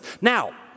Now